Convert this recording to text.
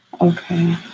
Okay